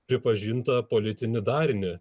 pripažintą politinį darinį